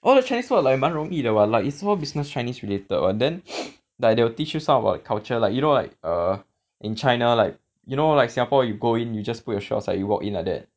all the chinese word like 蛮容易的 mah like it's all business chinese related [one] then like they will teach you stuff about culture like you know like err in China like you know like Singapore you go in you just put your shoe outside you walk in like that